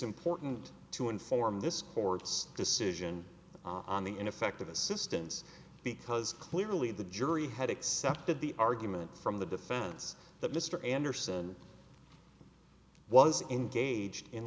important to inform this court's decision on the ineffective assistance because clearly the jury had accepted the argument from the defense that mr anderson was engaged in